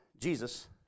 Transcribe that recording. Jesus